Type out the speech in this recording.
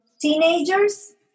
teenagers